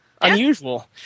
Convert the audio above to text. Unusual